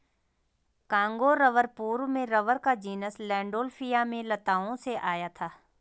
Congo rubber पूर्व में rubber का जीनस लैंडोल्फिया में लताओं से आया था